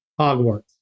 Hogwarts